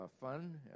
fun